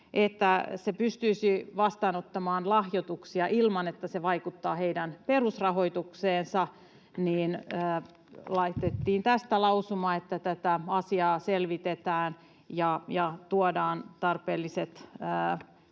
että se pystyisi vastaanottamaan lahjoituksia ilman, että se vaikuttaa heidän perusrahoitukseensa. Laitettiin tästä lausuma, että tätä asiaa selvitetään ja tuodaan tarpeelliset